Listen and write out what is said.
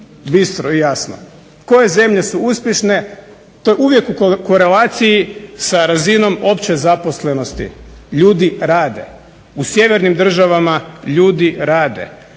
bistro i jasno koje zemlje su uspješne. To je uvijek u korelaciji sa razinom opće zaposlenosti. Ljudi rade, u sjevernim državama ljudi rade.